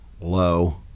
low